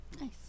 nice